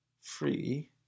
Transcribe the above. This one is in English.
free